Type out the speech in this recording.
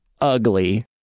ugly